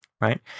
right